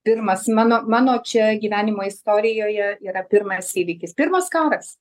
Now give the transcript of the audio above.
pirmas mano mano čia gyvenimo istorijoje yra pirmas įvykis pirmas karas